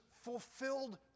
fulfilled